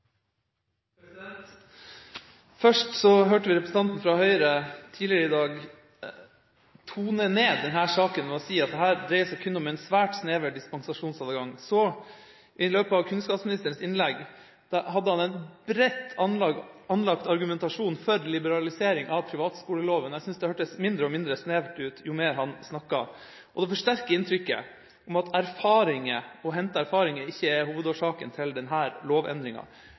systemet. Først hørte vi representanten fra Høyre tidligere i dag tone ned denne saken ved å si at dette dreier seg kun om en svært snever dispensasjonsadgang. I løpet av sitt innlegg hadde kunnskapsministeren en bredt anlagt argumentasjon for liberalisering av privatskoleloven. Jeg syntes det hørtes mindre og mindre snevert ut jo mer han snakket, og det forsterker inntrykket av at det ikke er det å hente erfaringer som er hovedårsaken til denne lovendringa.